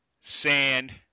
sand